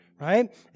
Right